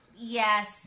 Yes